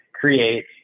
create